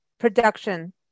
Production